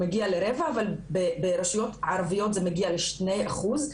הוא מגיע לרבע אבל ברשויות ערביות זה מגיע לשני אחוז,